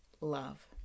love